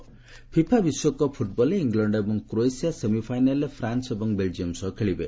FIFA FIFA ବିଶ୍ୱକପ୍ ଫୁଟବଲରେ England ଏବଂ କ୍ରୋଏସିଆ ସେମି ଫାଇନାଲରେ ଫ୍ରାନ୍ନ ଏବଂ ବେଲଜିୟମ ସହ ଖେଳିବେ